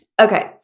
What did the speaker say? okay